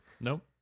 Nope